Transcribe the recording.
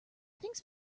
thanks